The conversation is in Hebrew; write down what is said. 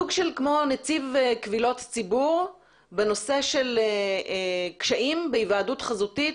יהיה סוג של נציב קבילות הציבור בנושא של קשיים בהיוועדות חזותית